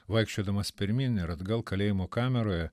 vaikščiodamas pirmyn ir atgal kalėjimo kameroje